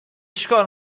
چیکار